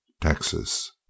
Texas